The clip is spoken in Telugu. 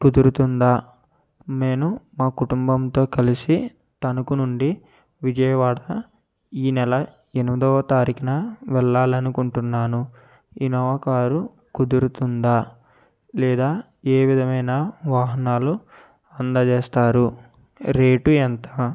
కుదురుతుందా నేను మా కుటుంబంతో కలిసి తణుకు నుండి విజయవాడ ఈ నెల ఎనిమిదవ తారీఖున వెళ్ళాలని అనుకుంటున్నాను ఇన్నోవా కారు కుదురుతుందా లేదా ఏ విధమైన వాహనాలు అందజేస్తారు రేటు ఎంత